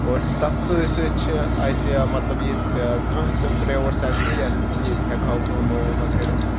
اور تَتھ سۭتۍ سۭتۍ چھِ اَسہِ مطلب یہِ تہِ کانٛہہ تہٕ پرٛیوَٹ سٮ۪کٹَر یتھ ییٚتہِ ہٮ۪کہٕ ہَو کٲمہ وٲمہ کٔرِتھ